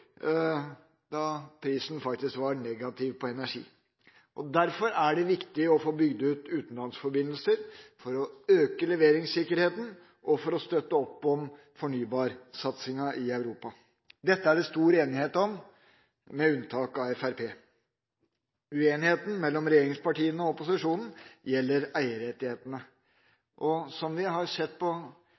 da prisen på energi faktisk var negativ. Derfor er det viktig å få bygd ut utenlandsforbindelser – for å øke leveringssikkerheten og for å støtte opp om fornybarsatsinga i Europa. Dette er det stor enighet om, med unntak av Fremskrittspartiet. Uenigheten mellom regjeringspartiene og opposisjonen gjelder eierrettighetene. Som vi har sett på flere andre områder, er høyresiden ikke til å stole på